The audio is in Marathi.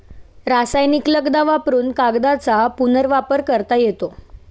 रासायनिक लगदा वापरुन कागदाचा पुनर्वापर करता येतो